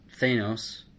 Thanos